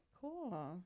cool